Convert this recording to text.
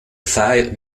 file